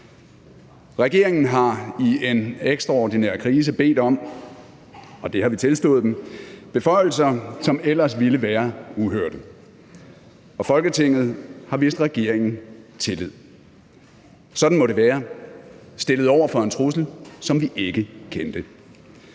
Regeringen har i en ekstraordinær krise bedt om – og det har vi tilstået den – beføjelser, som ellers ville være uhørte, og Folketinget har vist regeringen tillid. Sådan måtte det være det stillet over for en trussel, som vi ikke kendte.